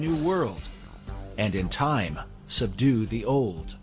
new world and in time subdue the old